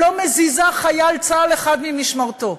לא מזיזה חייל צה"ל אחד ממשמרתו.